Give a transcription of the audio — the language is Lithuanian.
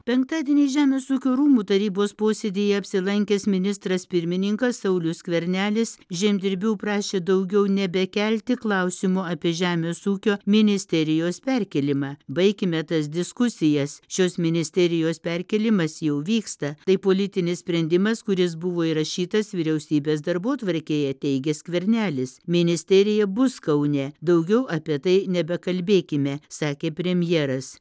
penktadienį žemės ūkio rūmų tarybos posėdyje apsilankęs ministras pirmininkas saulius skvernelis žemdirbių prašė daugiau nebekelti klausimo apie žemės ūkio ministerijos perkėlimą baikime tas diskusijas šios ministerijos perkėlimas jau vyksta tai politinis sprendimas kuris buvo įrašytas vyriausybės darbotvarkėje teigė skvernelis ministerija bus kaune daugiau apie tai nebekalbėkime sakė premjeras